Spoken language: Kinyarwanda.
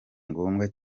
ngombwa